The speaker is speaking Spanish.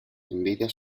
envidia